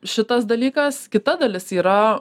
šitas dalykas kita dalis yra